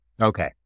Okay